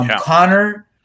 Connor